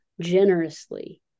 generously